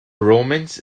romans